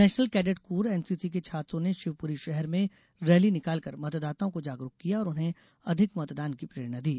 national cadet corps NCC के छात्रों ने शिवपुरी शहर में रैली निकालकर मतदाताओं को जागरूक किया और उन्हें अधिक मतदान की प्रेरणा दी